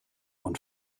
own